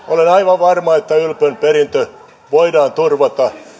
olen aivan varma että ylpön perintö voidaan turvata